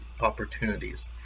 opportunities